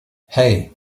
hey